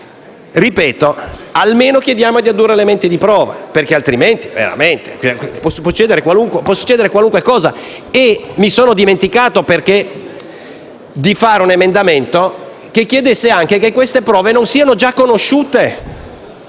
Ripeto: almeno chiediamo di addurre elementi di prova, perché altrimenti veramente può succedere qualunque cosa. E mi sono dimenticato di presentare un emendamento che chiedesse anche che queste prove non siano già conosciute: